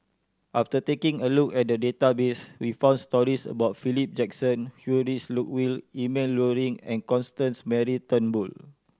after taking a look at the database we found stories about Philip Jackson Heinrich Ludwig Emil Luering and Constance Mary Turnbull